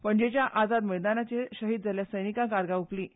पणजेच्या आझाद मैदानाचेर शहीद जाल्ल्या सैनिकांक आर्गां ओंपलीं